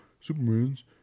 superman's